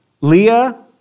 Leah